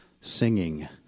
singing